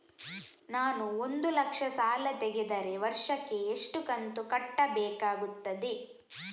ನಾನು ಒಂದು ಲಕ್ಷ ಸಾಲ ತೆಗೆದರೆ ವರ್ಷಕ್ಕೆ ಎಷ್ಟು ಕಂತು ಕಟ್ಟಬೇಕಾಗುತ್ತದೆ?